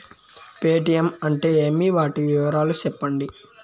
Paytm అంటే ఏమి, వాటి వివరాలు సెప్పండి?